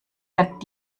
wird